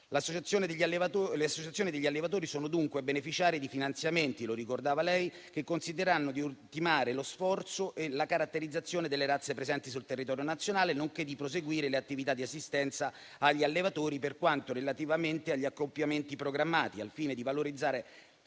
Le associazioni degli allevatori sono dunque beneficiarie di finanziamenti, come da lei ricordato, che consentiranno di ultimare lo sforzo e la caratterizzazione delle razze presenti sul territorio nazionale nonché di proseguire le attività di assistenza agli allevatori per quanto relativamente agli accoppiamenti programmati, al fine di valorizzare